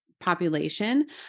population